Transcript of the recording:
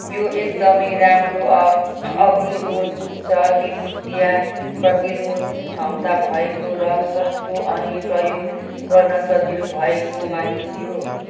यो एकदमै राम्रो अ अग्निरोधी उच्च विद्युतीय प्रतिरोध क्षमता भएको र सस्तो अनि प्रयोग गर्न सजिलो भएको मानिन्थ्यो